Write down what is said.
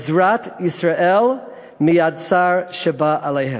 "עזרת ישראל מידי הצר שבא עליהם"